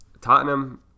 Tottenham